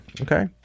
Okay